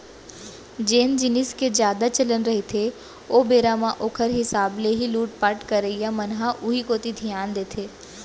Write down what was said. जेन जिनिस के जादा चलन रहिथे ओ बेरा म ओखर हिसाब ले ही लुटपाट करइया मन ह उही कोती धियान देथे